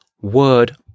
word